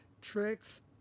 tricks